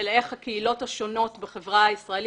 אלא איך הקהילות השונות בחברה הישראלית,